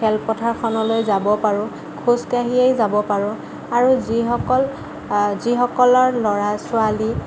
খেলপথাৰখনলৈ যাব পাৰোঁ খোজকাঢ়িয়েই যাব পাৰোঁ আৰু যিসকল যিসকলৰ ল'ৰা ছোৱালী